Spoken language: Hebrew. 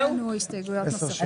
אין הסתייגויות נוספות.